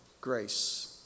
Grace